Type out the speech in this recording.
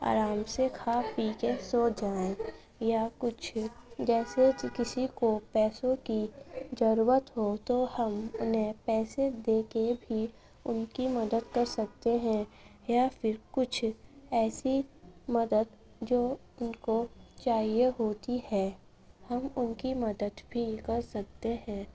آرام سے کھا پی کے سو جائیں یا کچھ جیسے کسی کو پیسوں کی ضرورت ہو تو ہم انہیں پیسے دے کے بھی ان کی مدد کر سکتے ہیں یا پھر کچھ ایسی مدد جو ان کو چاہیے ہوتی ہے ہم ان کی مدد بھی کر سکتے ہیں